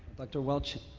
dr. welch,